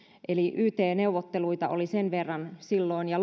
eli yt neuvotteluita oli sen verran silloin ja